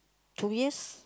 two years